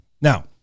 Now